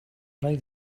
play